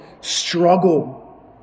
struggle